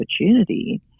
opportunity